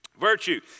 Virtue